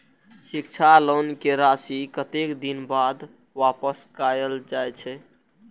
शिक्षा लोन के राशी कतेक दिन बाद वापस कायल जाय छै?